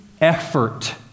effort